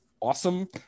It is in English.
awesome